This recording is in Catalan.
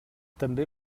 també